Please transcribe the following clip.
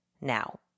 Now